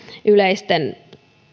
yleisten